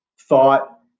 thought